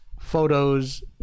photos